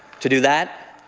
to do that,